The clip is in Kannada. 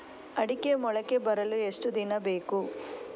ಅಡಿಕೆ ಮೊಳಕೆ ಬರಲು ಎಷ್ಟು ದಿನ ಬೇಕು?